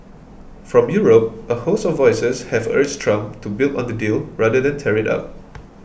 from Europe a host of voices have urged Trump to build on the deal rather than tear it up